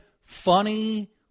funny